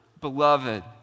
Beloved